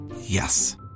Yes